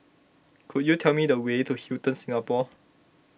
could you tell me the way to Hilton Singapore